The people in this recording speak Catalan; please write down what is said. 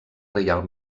reial